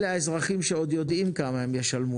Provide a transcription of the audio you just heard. אלה האזרחים שעוד יודעים כמה הם ישלמו